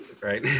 Right